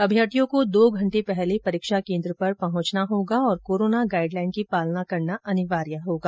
अभ्यर्थियों को दो घंटे पहले परीक्षा केंद्र पर पहुंचना होगा और कोरोना गाइड लाइन की पालना करना अनिवार्य होगा